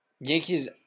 Yankees